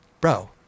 Bro